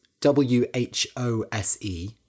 W-H-O-S-E